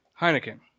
Heineken